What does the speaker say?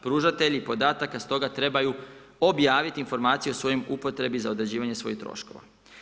Pružatelji podataka stoga trebaju objaviti informacije o svojoj upotrebi za određivanje svojih troškova.